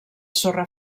sorra